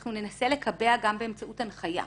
אנחנו ננסה לקבע גם באמצעות הנחייה,